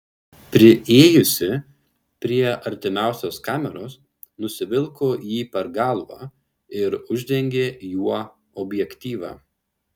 priėjusi prie artimiausios kameros nusivilko jį per galvą ir uždengė juo objektyvą